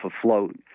afloat